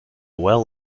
well